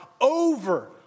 over